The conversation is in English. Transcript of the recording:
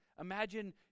Imagine